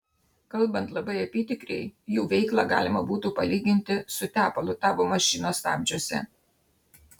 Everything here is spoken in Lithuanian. kalbant labai apytikriai jų veiklą galima būtų palyginti su tepalu tavo mašinos stabdžiuose